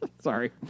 Sorry